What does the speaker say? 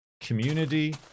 community